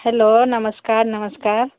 hello नमस्कार नमस्कार